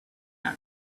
tent